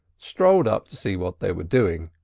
strolled up to see what they were doing.